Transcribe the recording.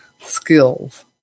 skills